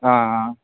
ஆ ஆ